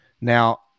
Now